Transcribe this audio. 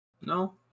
No